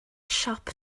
siop